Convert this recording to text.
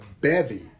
bevy